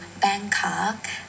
Bangkok